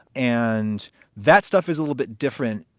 and that stuff is a little bit different,